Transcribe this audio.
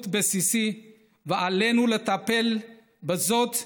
וזכות בסיסית,